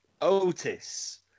Otis